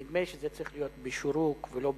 נדמה לי שזה צריך להיות בשורוק ולא בחולם,